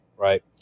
Right